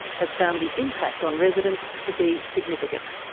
has found the impact on residents to be significant.